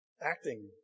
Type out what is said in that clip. acting